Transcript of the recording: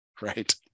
Right